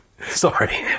Sorry